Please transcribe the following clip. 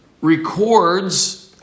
records